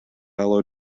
local